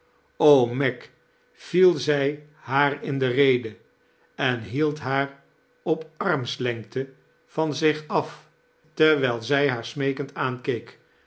meg viel zij haar in de rede en hield haar op armslengte van zich af terwijl zij haar smeekend aankeek